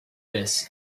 this